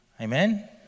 Amen